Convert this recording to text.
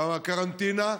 בקרנטינה,